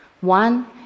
one